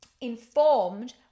informed